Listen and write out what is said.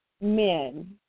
Men